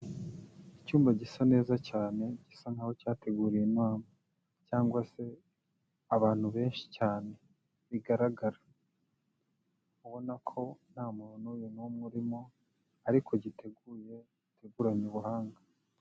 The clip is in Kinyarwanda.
Icyumba gisa neza cyane gisa nkaho cyateguriye inama cyangwa se abantu benshi cyane bigaragara, ubona ko ntamuntu nuyu numwe urimo ariko giteguye giteguranye ubuhanga.